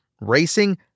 racing